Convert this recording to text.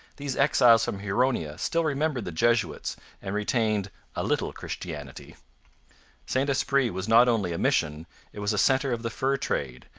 these exiles from huronia still remembered the jesuits and retained a little christianity st esprit was not only a mission it was a centre of the fur trade,